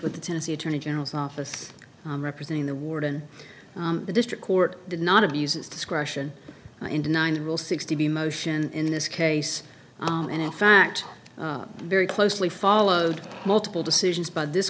with the tennessee attorney general's office representing the warden the district court did not abuse its discretion in denying the rule sixty b motion in this case and in fact very closely followed multiple decisions by this